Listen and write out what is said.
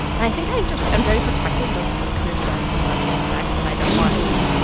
and i think i'm just i'm very protective of, like, queer sex and lesbian sex, and i don't want,